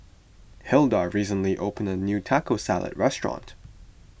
Hilda recently opened a new Taco Salad restaurant